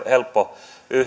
helppo